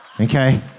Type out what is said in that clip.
okay